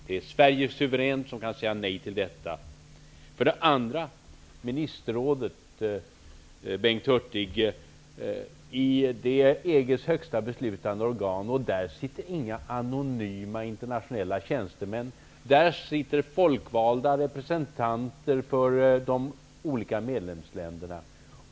Det är Sverige suveränt som kan säga nej till detta. För det andra: Ministerrådet är EG:s högsta beslutande organ, Bengt Hurtig, och där sitter inga anonyma internationella tjänstemän -- där sitter folkvalda representanter för de olika medlemsländerna.